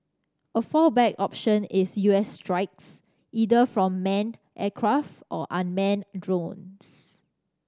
a fallback option is U S strikes either from manned aircraft or unmanned drones